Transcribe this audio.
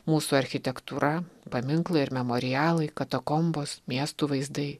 mūsų architektūra paminklai ir memorialai katakombos miestų vaizdai